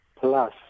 plus